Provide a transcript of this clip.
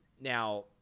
Now